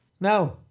No